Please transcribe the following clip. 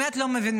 באמת לא מבינה.